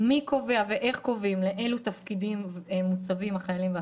מי קובע ואיך קובעים לאלו תפקידים משבצים את החיילים?